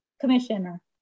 Commissioner